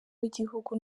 w’igihugu